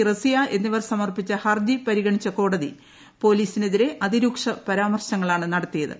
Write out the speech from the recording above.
റസിയ എന്നിവർ സമർപ്പിച്ച ഹർജി പരിഗണിച്ച കോടതി പോലീസിനെതിരെ അതിരൂക്ഷ പരാമർശങ്ങളാണ് നടത്തിയത്